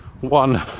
one